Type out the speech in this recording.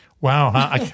Wow